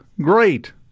great